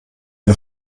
wir